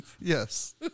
Yes